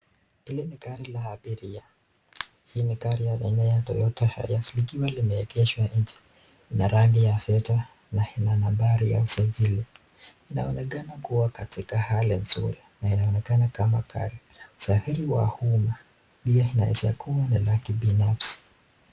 Hili ni gari la habiria. Hili ni gari aina ya Toyota ambayo asiligiwa limeegeshwa nje. Lina rangi ya feata na lina nambari ya usajili. Inaonekana kuwa katika hali nzuri na inaonekana kama gari za hiri wa umma, pia inaweza kuwa ni la kibinafsi.